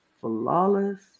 flawless